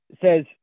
says